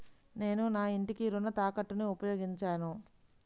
నేను నా ఇంటిని రుణ తాకట్టుకి ఉపయోగించాను